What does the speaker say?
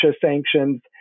sanctions